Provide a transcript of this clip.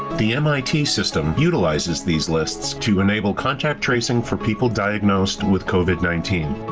the mit system utilizes these lists to enable contact tracing for people diagnosed with covid nineteen.